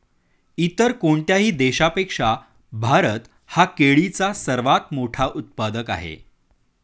इतर कोणत्याही देशापेक्षा भारत हा केळीचा सर्वात मोठा उत्पादक आहे